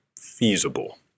feasible